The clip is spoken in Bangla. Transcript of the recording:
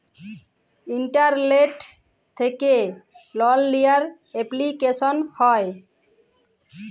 ইলটারলেট্ থ্যাকে লল লিয়ার এপলিকেশল হ্যয়